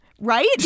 Right